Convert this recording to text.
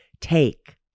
take